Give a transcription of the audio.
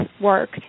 work